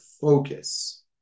focus